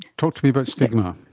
talk to me about stigma.